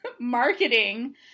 marketing